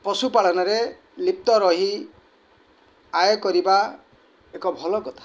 ପଶୁପାଳନରେ ଲିପ୍ତ ରହି ଆୟ କରିବା ଏକ ଭଲ କଥା